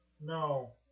No